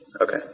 Okay